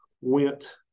went